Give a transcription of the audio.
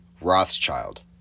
Rothschild